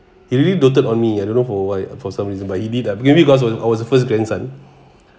he really doted on me I don't know for why for some reason but he did lah maybe because of I was the first grandson